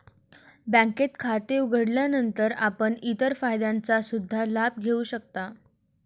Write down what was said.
बँकेत खाते उघडल्यानंतर आपण इतर फायद्यांचा सुद्धा लाभ घेऊ शकता